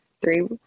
Three